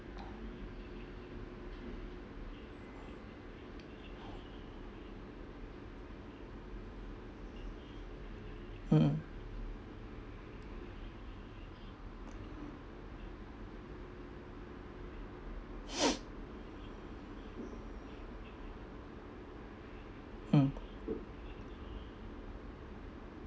mmhmm mm